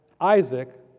Isaac